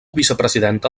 vicepresidenta